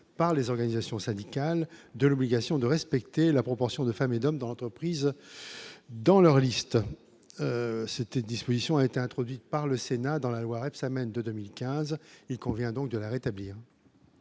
par les organisations syndicales de l'obligation de respecter la proportion de femmes et d'hommes d'entreprises dans leur liste c'était disposition a été introduite par le Sénat dans la loi, Rebsamen de 2015, il convient donc de la rétablir.